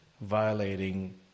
violating